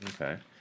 Okay